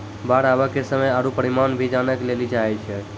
बाढ़ आवे के समय आरु परिमाण भी जाने लेली चाहेय छैय?